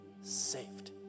saved